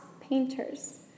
painters